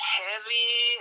heavy